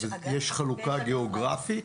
יש חלוקה גאוגרפית?